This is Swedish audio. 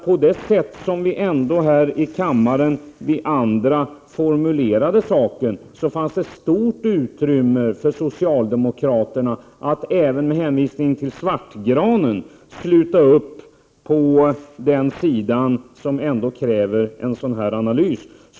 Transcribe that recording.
På det sätt som vi andra här i kammaren formulerade saken fanns det stort utrymme för socialdemokraterna att även med hänvisning till svartgranen sluta upp på den sida som kräver en sådan här analys.